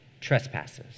trespasses